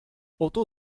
otto